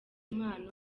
impano